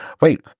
Wait